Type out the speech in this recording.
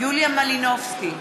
יוליה מלינובסקי,